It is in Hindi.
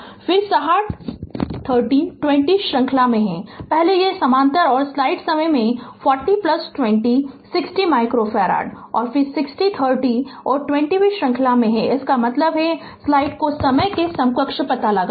फिर 60 30 और 20 श्रृंखला में हैं पहले ये समानांतर और स्लाइड समय हैं 40 20 60 माइक्रोफ़ारड और फिर 60 30 और 20 वे श्रृंखला में हैं इसका मतलब है स्लाइड को समय के समकक्ष पता लगाना